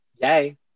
Yay